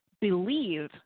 believe